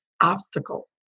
obstacle